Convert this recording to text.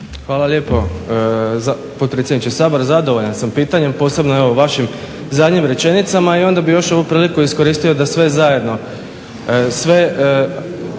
Hvala lijepa potpredsjedniče Sabora. Zadovoljan sam pitanjem, posebno evo vašim zadnjim rečenicama i onda bih još ovu priliku iskoristio da sve zajedno